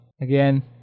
again